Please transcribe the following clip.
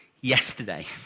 yesterday